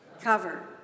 cover